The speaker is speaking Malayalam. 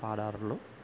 പാടാറുള്ളൂ